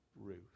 Ruth